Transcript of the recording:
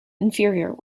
inferior